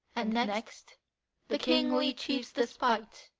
and next the kingly chief's despite,